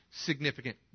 significant